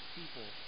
people